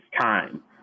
time